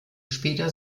später